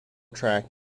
track